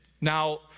Now